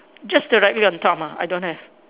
just directly on top ah I don't have